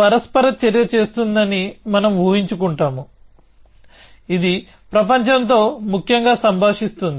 పరస్పర చర్య చేస్తుందని మనం ఊహించుకుంటాము ఇది ప్రపంచంతో ముఖ్యంగా సంభాషిస్తుంది